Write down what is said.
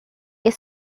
your